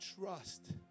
trust